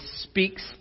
speaks